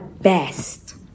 best